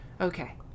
okay